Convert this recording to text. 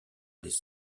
les